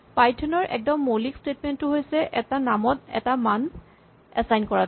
Python ৰ একদম মৌলিক স্টেটমেন্ট টো হৈছে এটা নামত এটা মান এচাইন কৰাটো